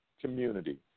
community